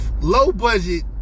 low-budget